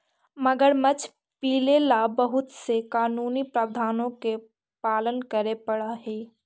मगरमच्छ पीले ला बहुत से कानूनी प्रावधानों का पालन करे पडा हई